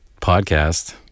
Podcast